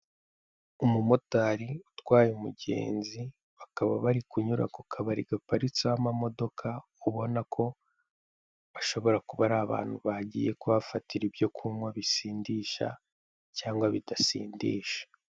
Umu motari utwaye umugenzi, bakaba bari kunyura ku kabari gaparitseho ama modoka, ubona ko bashobora kuba ari abantu bagiye kuhafatira ibyo kunywa bisindisha cyangwa bidasindisha.